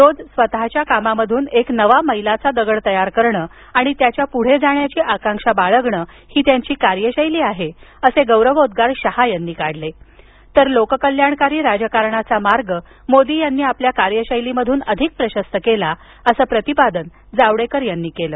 रोज स्वतःच्या कामामधून एक नवा मैलाचा दगड तयार करणं आणि त्याच्या पुढे जाण्याची आकांक्षा बाळगणं हि त्यांची कार्यशैली आहे असे गौरवोद्रार शहा यांनी काढले तर लोककल्याणकारी राजकारणाचा मार्ग मोदी यांनी आपल्या कार्यशैलीमधून अधिक प्रशस्त केला असं प्रतिपादन जावडेकर यांनी केलं